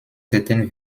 certaines